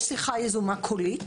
יש שיחה יזומה קולית